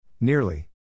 Nearly